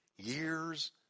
Years